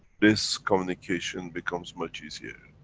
this communication becomes much easier.